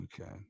Okay